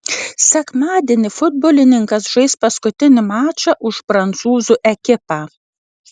sekmadienį futbolininkas žais paskutinį mačą už prancūzų ekipą